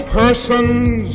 persons